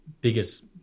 biggest